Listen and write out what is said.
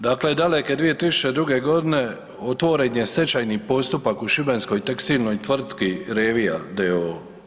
Dakle, daleke 2002.g. otvoren je stečajni postupak u šibenskoj tekstilnoj tvrtki Revija d.o.o.